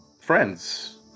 friends